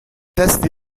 testi